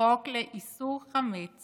חוק לאיסור חמץ